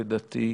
לדעתי,